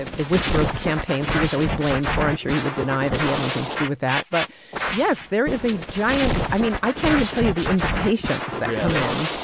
ah the whisperous campaigns he was always blamed for. i'm sure he would deny that he had anything to do with that. but yes, there is a giant i mean, i can't even tell you the invitations. really. that come in.